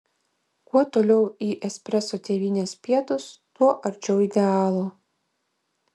kuo toliau į espreso tėvynės pietus tuo arčiau idealo